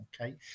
Okay